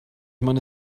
meine